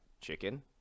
Chicken